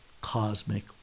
cosmic